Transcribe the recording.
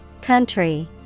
Country